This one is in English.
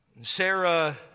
Sarah